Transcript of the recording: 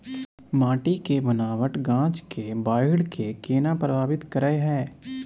माटी के बनावट गाछ के बाइढ़ के केना प्रभावित करय हय?